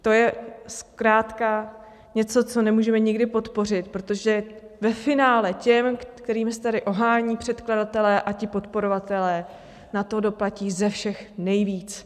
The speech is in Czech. To je zkrátka něco, co nemůžeme nikdy podpořit, protože ve finále ti, kterými se tady ohánějí předkladatelé a podporovatelé, na to doplatí ze všech nejvíc.